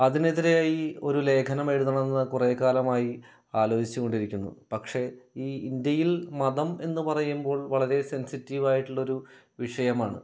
അതിനെതിരെയായി ഒരു ലേഖനം എഴുതണമെന്ന് കുറേ കാലമായി ആലോചിച്ച് കൊണ്ടിരിക്കുന്നു പക്ഷേ ഈ ഇന്ത്യയിൽ മാത്രം മതം എന്ന് പറയുമ്പോൾ വളരെ സെൻസിറ്റീവായിട്ടുള്ളൊരു വിഷയമാണ്